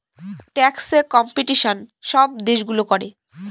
ট্যাক্সে কম্পিটিশন সব দেশগুলো করে